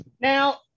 Now